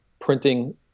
printing